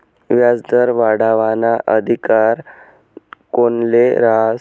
व्याजदर वाढावाना अधिकार कोनले रहास?